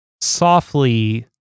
softly